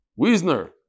Wiesner